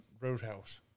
Roadhouse